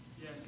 Yes